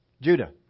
Judah